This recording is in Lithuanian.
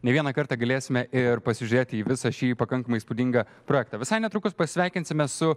ne vieną kartą galėsime ir pasižiūrėti į visą šį pakankamai įspūdingą projektą visai netrukus pasveikinsime su